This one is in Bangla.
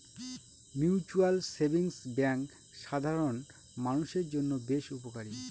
মিউচুয়াল সেভিংস ব্যাঙ্ক সাধারন মানুষের জন্য বেশ উপকারী